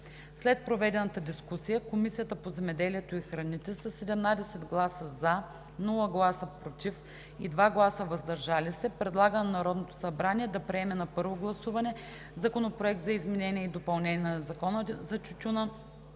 След проведената дискусия Комисията по земеделието и храните със 17 гласа „за“, без „против“ и 2 гласа „въздържал се“ предлага на Народното събрание да приеме на първо гласуване Законопроект за изменение и допълнение на Закона за тютюна,